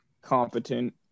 competent